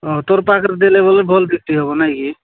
ହଁ ତୋର ପାଖରେ ଦେଲେ ଭଲ ଭଲ ହବ ନାହିଁ କି